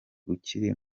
ukiri